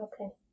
Okay